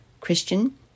Christian